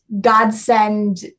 godsend